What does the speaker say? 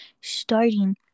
starting